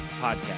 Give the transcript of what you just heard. podcast